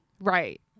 Right